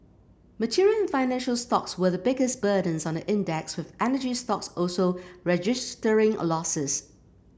material and financial stocks were the biggest burdens on the index with energy stocks also registering a losses